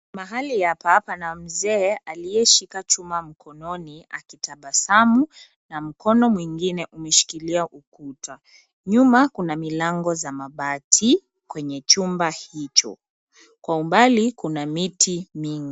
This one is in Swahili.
Mahali hapa pana mzee aliyeshika chuma mkononi akitabasamu, na mkono mwingine umeshikilia ukuta. Nyuma kuna milango za mabati kwenye chumba hicho. Kwa umbali kuna miti mingi.